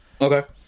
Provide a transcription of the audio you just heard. Okay